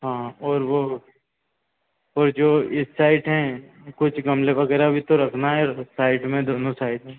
हाँ और वो वो जो इस साइड हैं कुछ गमले वगैरह भी तो रखना है साइड में दोनों साइड में